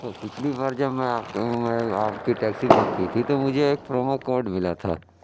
وہ پچھلی بار جب میں آپ کے میں آپ کی ٹیکسی بک کی تھی تو مجھے ایک پرومو کوڈ ملا تھا